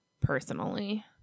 personally